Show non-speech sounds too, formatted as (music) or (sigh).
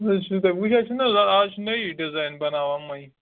(unintelligible) وُنکیٚنَس چھُ نا حظ اَز چھِ نٔیی ڈِزایِن بناوان وۄنۍ